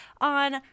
on